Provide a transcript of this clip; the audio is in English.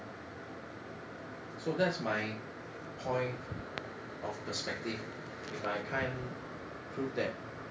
so that's my point of perspective if I can't prove that